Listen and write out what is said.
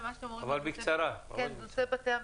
בנושא בתי המשפט,